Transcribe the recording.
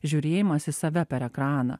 žiūrėjimas į save per ekraną